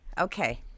Okay